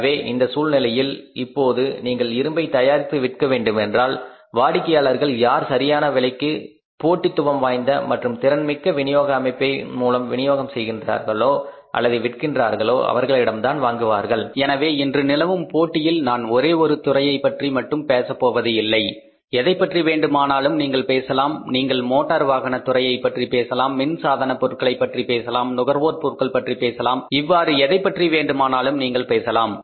எனவே இந்த சூழ்நிலையில் இப்போது நீங்கள் இரும்பை தயாரித்து விற்க வேண்டுமென்றால் வாடிக்கையாளர்கள் யார் சரியான விலைக்கு போட்டிதுவம் வாய்ந்த மற்றும் திறன்மிக்க விநியோக அமைப்பு மூலம் வினியோகம் செய்கின்றார்களோ அல்லது விற்கின்றார்களோ அவர்களிடம்தான் வாங்குவார்கள் எனவே இன்று நிலவும் போட்டியில் நான் ஒரே ஒரு துறையை பற்றி மட்டும் பேசப்போவது இல்லை எதைப் பற்றி வேண்டுமானாலும் நீங்கள் பேசலாம் நீங்க மோட்டார் வாகன துறையைப் பற்றி பேசலாம் மின் சாதனப் பொருட்களைப் பற்றிப் பேசலாம் நுகர்வோர் பொருட்கள் பற்றி பேசலாம் இவ்வாறு எதைப் பற்றி வேண்டுமானாலும் நீங்கள் பேசலாம்